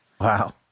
Wow